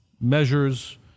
measures